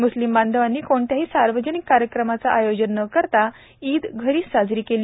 म्स्लिम बांधवांनी कोणत्याही सार्वजनिक कार्यक्रमाचं आयोजन न करता ईद घरीच साजरी केली